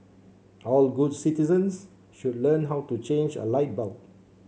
all good citizens should learn how to change a light bulb